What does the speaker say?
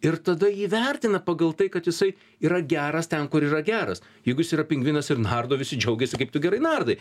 ir tada jį vertina pagal tai kad jisai yra geras ten kur yra geras jeigu jis yra pingvinas ir nardo visi džiaugiasi kaip tu gerai nardai